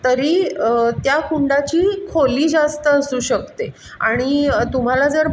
तरी त्या कुंडाची खोली जास्त असू शकते आणि तुम्हाला जर